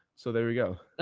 so there we go.